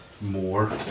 more